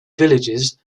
villages